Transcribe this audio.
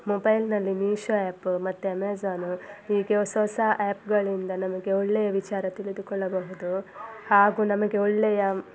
ಮೊಬೈಲ್ನಲ್ಲಿ ಮೀಶೋ ಆ್ಯಪ ಮತ್ತು ಅಮೆಜೋನ ಈ ರೀತಿಯ ಹೊಸ ಹೊಸ ಆ್ಯಪ್ಗಳಿಂದ ನಮಗೆ ಒಳ್ಳೆಯ ವಿಚಾರ ತಿಳಿದುಕೊಳ್ಳಬಹುದು ಹಾಗೂ ನಮಗೆ ಒಳ್ಳೆಯ